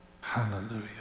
Hallelujah